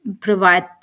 provide